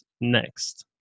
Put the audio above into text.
next